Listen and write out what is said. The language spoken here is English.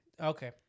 Okay